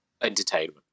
entertainment